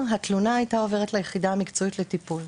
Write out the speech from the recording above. התלונה הייתה עוברת ליחידה המקצועית לטיפול.